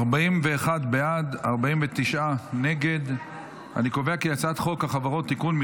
להעביר לוועדה את הצעת חוק החברות (תיקון,